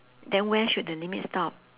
then where should the limit stop